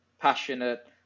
passionate